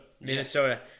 Minnesota